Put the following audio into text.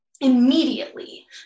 Immediately